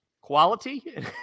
quality